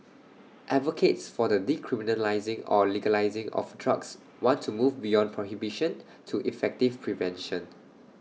advocates for the decriminalising or legalising of drugs want to move beyond prohibition to effective prevention